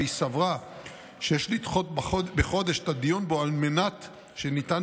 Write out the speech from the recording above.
והיא סברה שיש לדחות בחודש את הדיון בו על מנת שניתן